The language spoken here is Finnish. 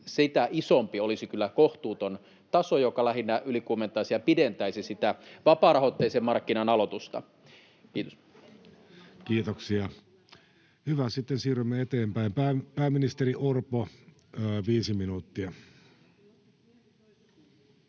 sitä isompi olisi kyllä kohtuuton taso, joka lähinnä ylikuumentaisi tilannetta ja pidentäisi sitä vapaarahoitteisen markkinan aloitusta. — Kiitos. Kiitoksia. — Hyvä, sitten siirrymme eteenpäin. Pääministeri Orpo, viisi minuuttia.